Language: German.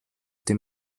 dem